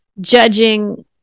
judging